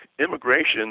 immigration